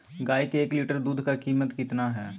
गाय के एक लीटर दूध का कीमत कितना है?